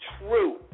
true